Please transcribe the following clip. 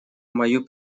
мою